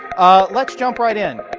ah let's jump right in.